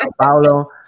Paulo